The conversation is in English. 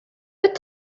but